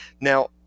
Now